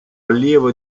allievo